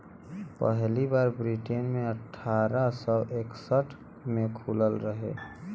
पहली बार ब्रिटेन मे अठारह सौ इकसठ मे खुलल रहे